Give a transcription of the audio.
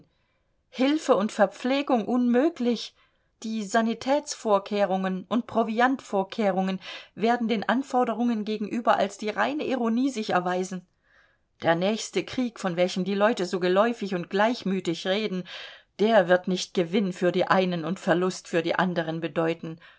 hilfe und verpflegung unmöglich die sanitätsvorkehrungen und proviantvorkehrungen werden den anforderungen gegenüber als die reine ironie sich erweisen der nächste krieg von welchem die leute so geläufig und gleichmütig reden der wird nicht gewinn für die einen und verlust für die anderen bedeuten